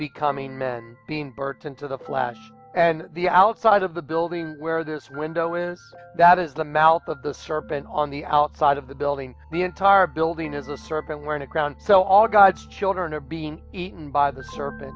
becoming men being burton to the flash and the outside of the building where this window is that is the mouth of the serpent on the outside of the building the entire building is a serpent were in a ground so all god's children are being eaten by the serpent